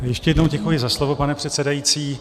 Ještě jednou děkuji za slovo, pane předsedající.